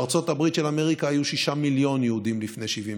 בארצות הברית של אמריקה היו 6 מיליון יהודים לפני 70 שנה.